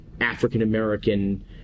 African-American